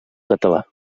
català